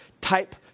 type